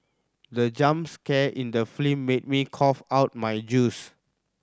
the jump scare in the film made me cough out my juice